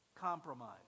compromise